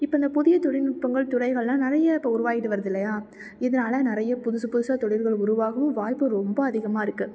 இப்போ இந்த புதிய தொழில்நுட்பங்கள் துறைகள்லாம் நிறைய இப்போ உருவாகிட்டு வருது இல்லையா இதனால நிறைய புதுசு புதுசாக துறைகள் உருவாகவும் வாய்ப்பு ரொம்ப அதிகமாக இருக்குது